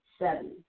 Seven